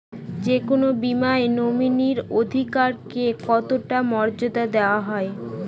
যে কোনো বীমায় নমিনীর অধিকার কে কতটা মর্যাদা দেওয়া হয়?